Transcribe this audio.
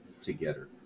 together